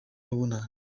n’ubunani